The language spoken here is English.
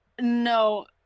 No